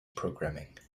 programming